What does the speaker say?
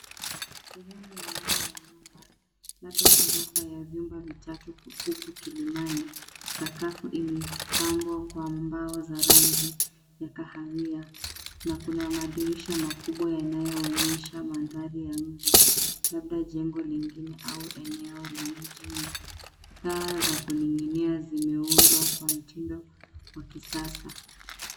Sehemu ya ndani ya nyumba labda gorofa ya vyumba vitatu huku Kilimani. Sakafu imebambwa kwa mbao za rangi ya kahawia na kuna madirisha makubwa yanayoosha madhari ya nje labda jengo lingine au eneo la mjini. Taa za kuning'inia zimeundwa kwa mtindo wa kisasa.